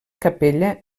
capella